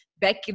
back